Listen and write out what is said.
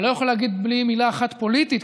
אני לא יכול להגיד דבר בלי מילה אחת פוליטית,